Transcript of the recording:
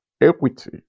equity